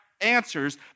answers